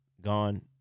gone